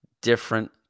different